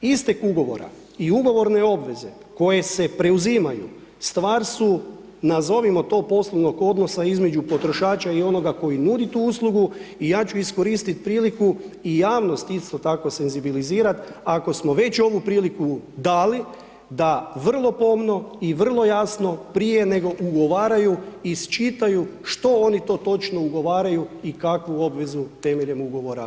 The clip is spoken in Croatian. Istek ugovora i ugovorne obveze koje se preuzimaju, stvar su nazovimo to poslovnog odnosa između potrošača i onoga koji nudi tu uslugu i ja ću iskoristiti priliku i javnost isto tako senzibilizirati, ako smo već ovu priliku dali, da vrlo pomno i vrlo jasno, prije nego ugovaraju, iščitaju što oni to točno ugovaraju i kakvu obvezu temeljem ugovora